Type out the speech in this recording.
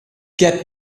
get